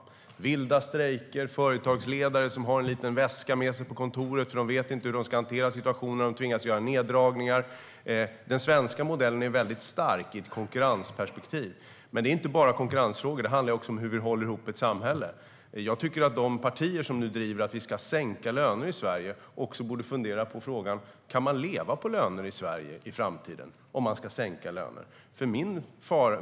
Det är vilda strejker och företagsledare som har en liten väska med sig på kontoret, för de vet inte hur de ska hantera situationen om de tvingas göra neddragningar. Den svenska modellen är väldigt stark ur ett konkurrensperspektiv. Men det handlar inte bara om konkurrensfrågor utan också om hur vi håller ihop ett samhälle. Jag tycker att de partier som nu driver att vi ska sänka löner i Sverige också borde fundera på frågan om det i framtiden går att leva på löner i Sverige om man ska sänka lönerna.